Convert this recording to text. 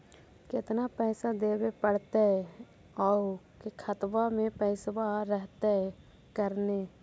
केतना पैसा देबे पड़तै आउ खातबा में पैसबा रहतै करने?